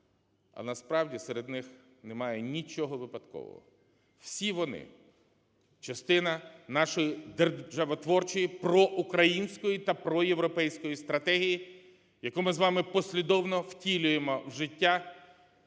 А, насправді, серед них немає нічого випадкового, всі вони – частина нашої державотворчої проукраїнської та проєвропейської стратегії, яку ми з вами послідовно втілюємо в життя